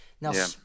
Now